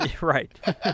right